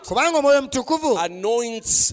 anoints